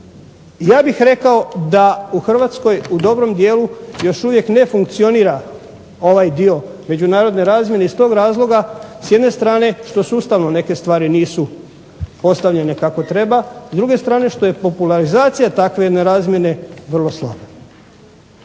Ja bih rekao da u Hrvatskoj u dobrom dijelu još uvijek ne funkcionira ovaj dio međunarodne razmjene iz tog razloga s jedne strane što sustavno neke stvari nisu postavljene kako treba. S druge strane što je popularizacija takve jedne razmjene vrlo slaba.